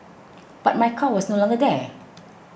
but my car was no longer there